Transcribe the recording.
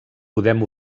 podem